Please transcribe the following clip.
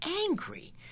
angry